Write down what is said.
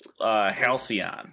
Halcyon